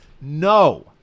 No